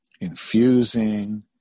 Infusing